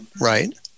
Right